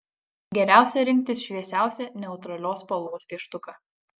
geriausia rinktis šviesiausią neutralios spalvos pieštuką